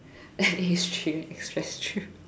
N_A stream express stream